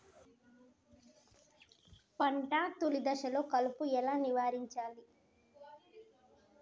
పంట తొలి దశలో కలుపు ఎలా నివారించాలి?